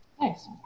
Nice